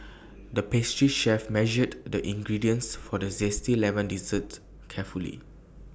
the pastry chef measured the ingredients for the Zesty Lemon Dessert carefully